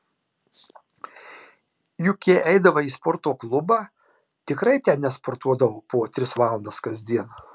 juk jei eidavau į sporto klubą tikrai ten nesportuodavau po tris valandas kasdien